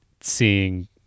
seeing